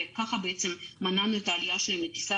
וכך בעצם מנענו את העלייה שלהם לטיסה